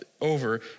over